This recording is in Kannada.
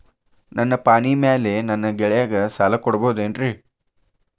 ನನ್ನ ಪಾಣಿಮ್ಯಾಲೆ ನನ್ನ ಗೆಳೆಯಗ ಸಾಲ ಕೊಡಬಹುದೇನ್ರೇ?